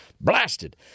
Blasted